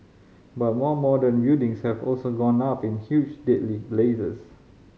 but more modern buildings have also gone up in huge deadly blazes